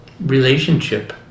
relationship